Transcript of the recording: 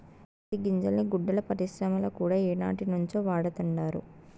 పత్తి గింజల్ని గుడ్డల పరిశ్రమల కూడా ఏనాటినుంచో వాడతండారు